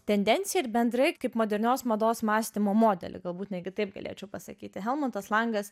tendenciją ir bendrai kaip modernios mados mąstymo modelį galbūt netgi taip galėčiau pasakyti helmutas langas